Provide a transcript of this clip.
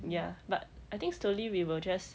ya but I think slowly we will just